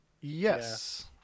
yes